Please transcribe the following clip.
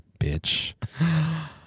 bitch